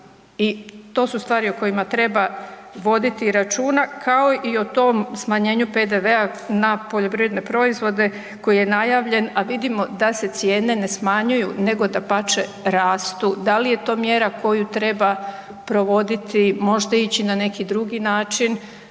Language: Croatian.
i to su stvari o kojima treba voditi računa, kao i o tom smanjenju PDV-a na poljoprivredne proizvode koji je najavljen, a vidimo da se cijene ne smanjuju nego dapače rastu. Da li je to mjera koju treba provoditi, možete ići na neki drugi način,